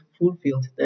fulfilled